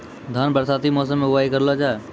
धान बरसाती मौसम बुवाई करलो जा?